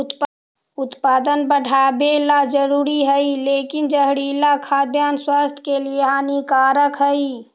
उत्पादन बढ़ावेला जरूरी हइ लेकिन जहरीला खाद्यान्न स्वास्थ्य के लिए हानिकारक हइ